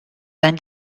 vingt